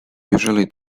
usually